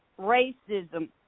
racism